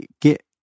get